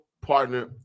partner